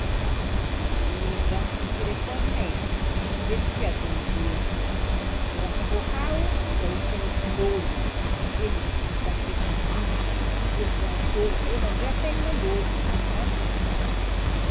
Zah mikitiky telefôna e, matetiky adin'ny roa, de raha ataoko akao, mizaha smsn'ologno, avakeo miz- mizaha facebook, avekeo miantso ologno na hoe appelan'ologno, zany fô.